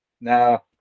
Now